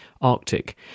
Arctic